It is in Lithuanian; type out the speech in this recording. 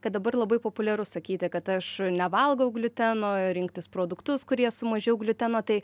kad dabar labai populiaru sakyti kad aš nevalgau gliuteno rinktis produktus kurie su mažiau gliuteno tai